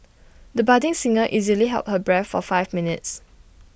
the budding singer easily held her breath for five minutes